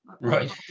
Right